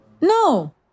No